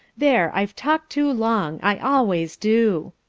there, i've talked too long! i always do.